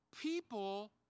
people